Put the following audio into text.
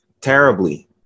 terribly